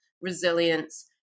resilience